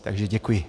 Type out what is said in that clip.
Takže děkuji.